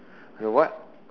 what